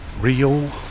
Rio